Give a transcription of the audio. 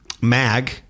mag